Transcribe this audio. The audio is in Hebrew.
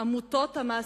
עמותות המעסיקות,